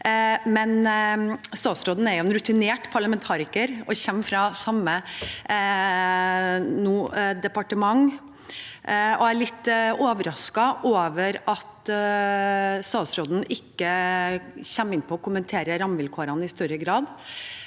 men hun er en rutinert parlamentariker og kommer fra samme departementet, så jeg er litt overrasket over at hun ikke kommer inn på og kommenterer rammevilkårene i større grad.